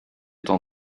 tant